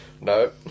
No